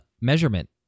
measurement